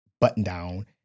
button-down